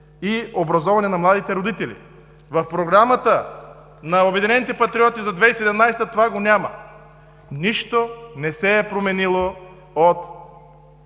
и образоване на младите родители“. В Програмата на „Обединените патриоти“ за 2017 г. това го няма. Нищо не се е променило от